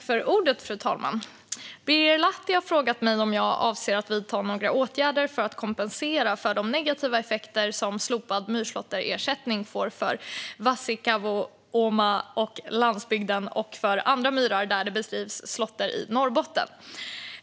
Fru talman! Birger Lahti har frågat mig om jag avser att vidta några åtgärder för att kompensera för de negativa effekter som slopad myrslåtterersättning får för Vasikkavuoma och landsbygden och för andra myrar där det bedrivs slåtter i Norrbotten.